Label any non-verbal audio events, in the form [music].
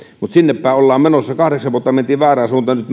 mutta sinne päin ollaan menossa kahdeksan vuotta mentiin väärään suuntaan nyt [unintelligible]